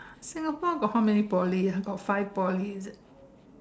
Singapore got how many Poly ah got five Poly is it